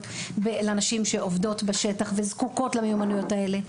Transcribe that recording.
לנשים שעובדות בשטח וזקוקות למיומנויות האלה.